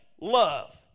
love